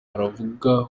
baravuga